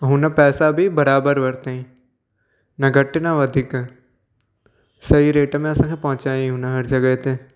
हुन पैसा बि बराबरि वरतईं न घटि न वधीक सही रेट में असांखे पहुचाईं हुन हर जॻहि ते